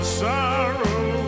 sorrow